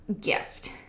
gift